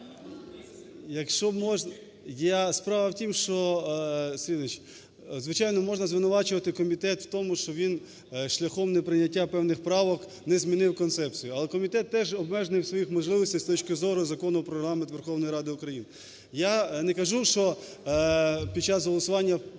Якщо можна… Справа в тім, що, слідуюче, звичайно можна звинувачувати комітет в тому, що він шляхом неприйняття певних правок не змінив концепцію. Але комітет теж обмежений у своїх можливостях з точки зору Закону "Про Регламент Верховної Ради України". Я не кажу, що під час голосування